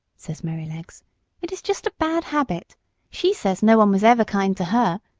says merrylegs it is just a bad habit she says no one was ever kind to her,